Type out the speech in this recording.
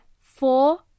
four